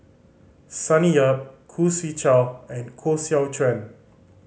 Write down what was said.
Sonny Yap Khoo Swee Chiow and Koh Seow Chuan